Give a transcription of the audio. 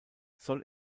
soll